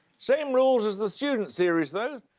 same rules as the student series, though,